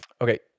Okay